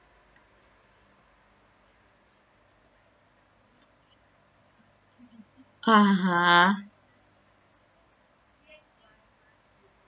(uh huh)